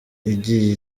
igiye